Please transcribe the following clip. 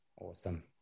Awesome